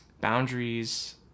Boundaries